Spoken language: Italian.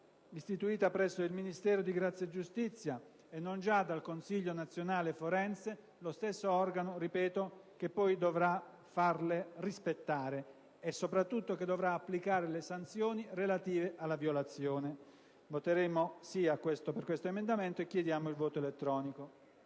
istituita presso il Ministero di grazia e giustizia, e non già dal Consiglio nazionale forense, lo stesso organo - ripeto - che poi dovrà farle rispettare e, soprattutto, che dovrà applicare le sanzioni relative alla violazione. Voteremo, pertanto, a favore di questo emendamento e chiediamo la votazione